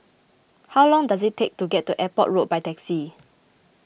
how long does it take to get to Airport Road by taxi